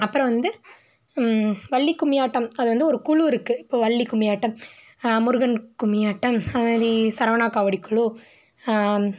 அப்புறம் வந்து வள்ளி கும்மி ஆட்டம் அது வந்து ஒரு குழு இருக்குது இப்போ வள்ளி கும்மி ஆட்டம் முருகன் கும்மி ஆட்டம் அது மாதிரி சரவணா காவடி குழு